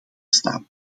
staan